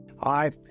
hi